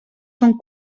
són